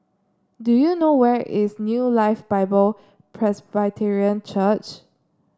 do you know where is New Life Bible Presbyterian Church